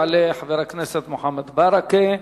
יעלה חבר הכנסת מוחמד ברכה,